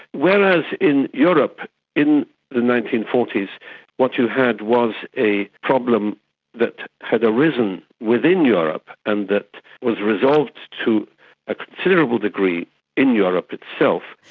whereas in europe in the nineteen forty s what you had was a problem that had arisen within europe and that was resolved to a considerable degree in europe itself.